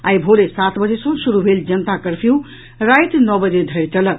आइ भोरे सात बजे सँ शुरू भेल जनता कर्फ्यू राति नओ बजे धरि चलत